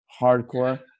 Hardcore